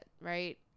right